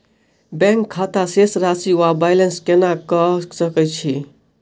Bank खाता शेष राशि वा बैलेंस केना कऽ सकय छी?